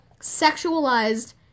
sexualized